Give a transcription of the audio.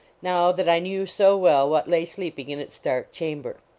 now that i knew so well what lay sleeping in its dark chamber.